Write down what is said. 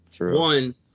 one